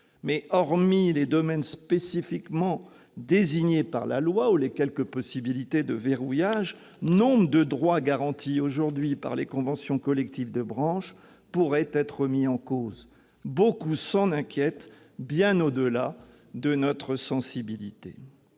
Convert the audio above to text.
mais hormis les domaines spécifiquement désignés par la loi ou les quelques possibilités de verrouillage, nombre de droits actuellement garantis par les conventions collectives de branche pourraient être remis en cause. Beaucoup s'en inquiètent, bien au-delà de notre sensibilité.